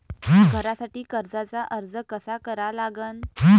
घरासाठी कर्जाचा अर्ज कसा करा लागन?